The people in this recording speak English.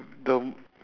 the